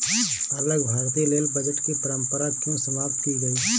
अलग भारतीय rail budget की परंपरा क्यों समाप्त की गई?